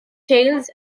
tales